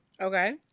Okay